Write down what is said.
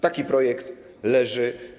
Taki projekt leży.